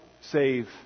save